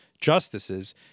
justices